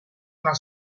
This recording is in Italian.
una